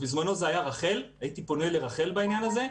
בזמנו זה היה רח"ל, הייתי פונה לרח"ל בעניין הזה.